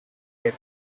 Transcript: hair